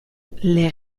les